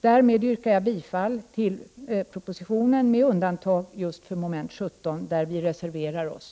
Jag yrkar bifall till propositionen, med undantag för mom. 17, där vi reserverar OSS.